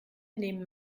nehmen